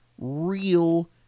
real